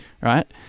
right